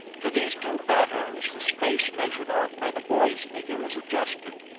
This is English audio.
to these two patterns the space measured off by the boy's figure is adjusted,